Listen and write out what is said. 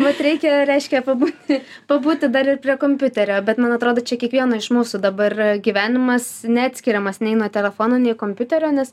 bet reikia reiškia pabūti pabūti dar ir prie kompiuterio bet man atrodo čia kiekvieną iš mūsų dabar gyvenimas neatskiriamas nei nuo telefono nei kompiuterio nes